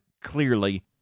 clearly